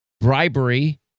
bribery